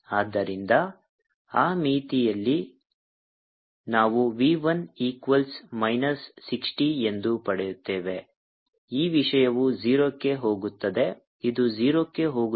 ಆದ್ದರಿಂದ ಆ ಮಿತಿಯಲ್ಲಿ ನಾವು V 1 ಈಕ್ವಲ್ಸ್ ಮೈನಸ್ 60 ಎಂದು ಪಡೆಯುತ್ತೇವೆ ಈ ವಿಷಯವು 0 ಕ್ಕೆ ಹೋಗುತ್ತದೆ ಇದು 0 ಕ್ಕೆ ಹೋಗುತ್ತದೆ